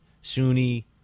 Sunni